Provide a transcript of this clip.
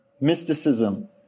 mysticism